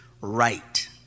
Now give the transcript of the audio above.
right